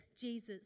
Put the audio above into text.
Jesus